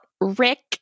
Rick